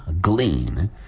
glean